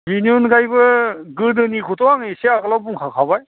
बिनि अनगायैबो गोदोनिखौथ' आं इसे आगोलावनो बुंखांखाबाय